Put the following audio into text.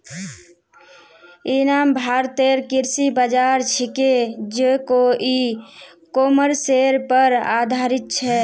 इ नाम भारतेर कृषि बाज़ार छिके जेको इ कॉमर्सेर पर आधारित छ